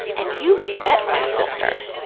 and you met my sister!